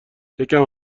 یکم